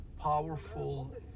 powerful